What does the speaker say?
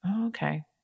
Okay